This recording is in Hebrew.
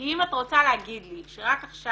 כי אם את רוצה להגיד לי שרק עכשיו